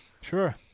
Sure